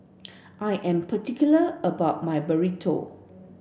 I am particular about my Burrito